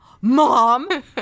mom